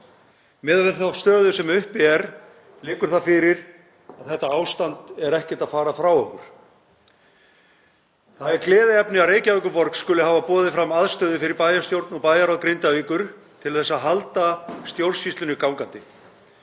Miðað við þá stöðu sem uppi er liggur það fyrir að þetta ástand er ekkert að fara frá okkur. Það er gleðiefni að Reykjavíkurborg skuli hafa boðið fram aðstöðu fyrir bæjarstjórn og bæjarráð Grindavíkur til að halda stjórnsýslunni gangandi.